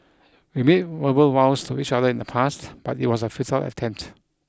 we made verbal vows to each other in the past but it was a futile attempt